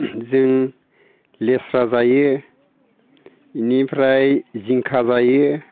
जों लेस्रा जायो बेनिफ्राय जिंखा जायो